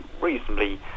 reasonably